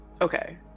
Okay